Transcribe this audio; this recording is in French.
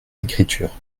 écriture